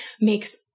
makes